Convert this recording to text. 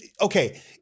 okay